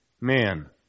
man